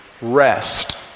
rest